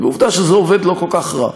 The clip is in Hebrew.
ועובדה שזה עובד לא כל כך רע.